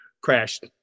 crashed